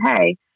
hey